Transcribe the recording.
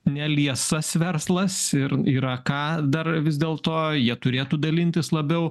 neliesas verslas ir yra ką dar vis dėlto jie turėtų dalintis labiau